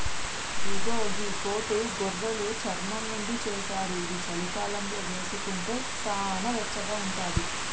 ఇగో గీ కోటు గొర్రెలు చర్మం నుండి చేశారు ఇది చలికాలంలో వేసుకుంటే సానా వెచ్చగా ఉంటది